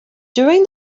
during